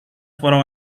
fueron